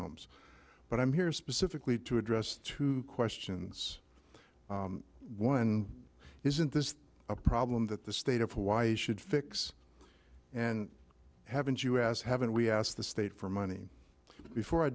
homes but i'm here specifically to address two questions one isn't this a problem that the state of hawaii should fix and haven't us haven't we asked the state for money before i